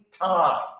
time